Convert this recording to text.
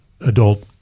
adult